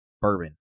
bourbon